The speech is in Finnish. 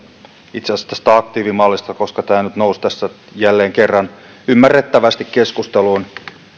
itse asiassa tästä aktiivimallista koska tämä nyt nousi tässä jälleen kerran ymmärrettävästi keskusteluun